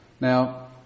Now